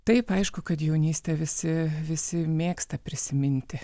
taip aišku kad jaunystę visi visi mėgsta prisiminti